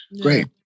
Great